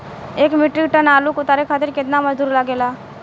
एक metric ton आलू उतारे खातिर केतना मजदूरी लागेला?